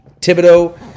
Thibodeau